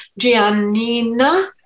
Giannina